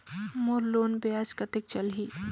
मोर loan ब्याज कतेक चलही?